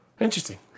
interesting